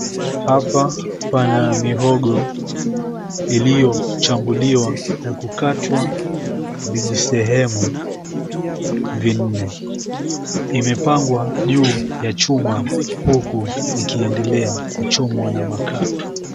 Hapa pana mihogo iliyochambuliwa na kukatwa vijisehemu vinne, imepangwa juu ya chuma huku ikiendelea kuchomwa na makaa.